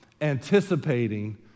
anticipating